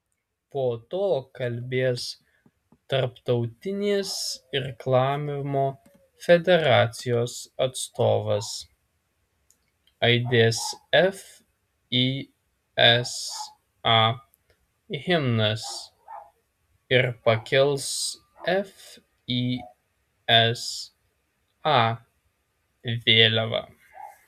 po to kalbės tarptautinės irklavimo federacijos atstovas aidės fisa himnas ir pakils fisa vėliava